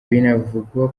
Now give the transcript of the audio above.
binavugwa